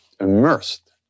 immersed